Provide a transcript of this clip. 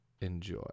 enjoy